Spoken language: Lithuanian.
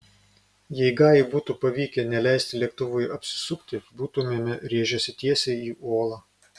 jei gajui būtų pavykę neleisti lėktuvui apsisukti būtumėme rėžęsi tiesiai į uolą